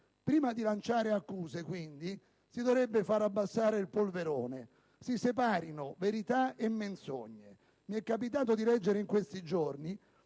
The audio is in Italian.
Prima di lanciare accuse, pertanto, si dovrebbe far abbassare il polverone: si separino verità e menzogne. Mi è capitato di leggere in questi giorni